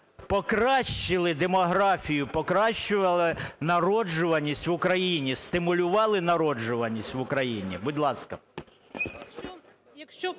покращили демографію, покращували народжуваність в Україні, стимулювали народжуваність в Україні? Будь ласка.